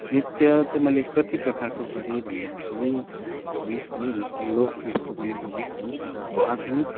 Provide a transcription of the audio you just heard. नृत्य चाहिँ मैले कति प्रकारको गरेँ भन्दाखेरि हेर्नुहोस् है लोक नृत्य पनि गरेँ है र आधुनिक